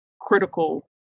critical